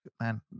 man